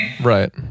Right